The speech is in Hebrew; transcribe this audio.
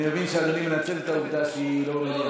אני מבין שאדוני מנצל את העובדה שהיא לא,